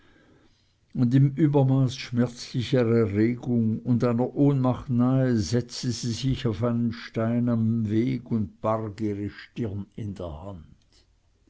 und im übermaß schmerzlicher erregung und einer ohnmacht nahe setzte sie sich auf einen stein am weg und barg ihre stirn in der hand